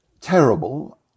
Terrible